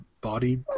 body